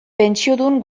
pentsiodun